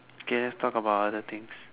okay let's talk about other things